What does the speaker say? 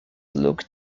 looked